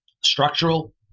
structural